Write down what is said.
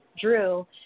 Drew